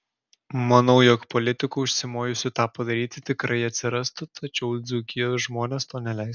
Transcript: manau jog politikų užsimojusių tą padaryti tikrai atsirastų tačiau dzūkijos žmonės to neleis